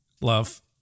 love